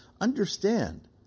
understand